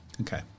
Okay